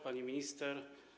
Pani Minister!